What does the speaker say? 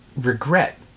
regret